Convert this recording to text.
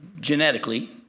genetically